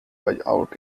buyout